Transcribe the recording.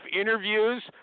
interviews